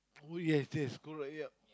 oh yes yes go right yep